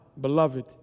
beloved